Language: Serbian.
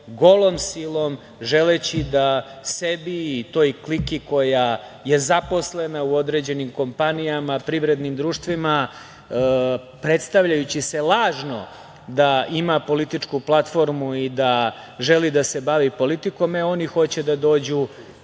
golom silom, želeći da sebi i toj kliki koja je zaposlena u određenim kompanijama, privrednim društvima, predstavljajući se lažno da ima političku platformu i da želi da se bavi politikom, e oni hoće da dođu,